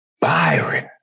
Byron